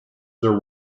there